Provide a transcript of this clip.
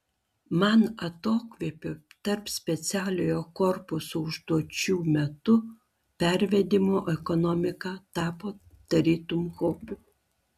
man atokvėpių tarp specialiojo korpuso užduočių metu pervedimų ekonomika tapo tarytum hobiu